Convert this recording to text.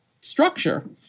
structure